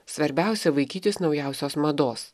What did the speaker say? svarbiausia vaikytis naujausios mados